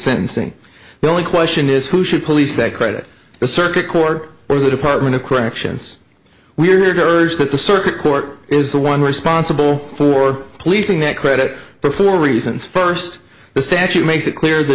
sentencing the only question is who should police that credit the circuit court or the department of corrections we are here to urge that the circuit court is the one responsible for policing that credit for four reasons first the statute makes it clear the